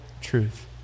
truth